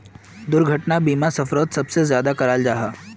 दुर्घटना बीमा सफ़रोत सबसे ज्यादा कराल जाहा